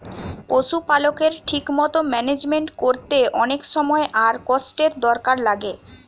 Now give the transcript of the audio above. পশুপালকের ঠিক মতো ম্যানেজমেন্ট কোরতে অনেক সময় আর কষ্টের দরকার লাগে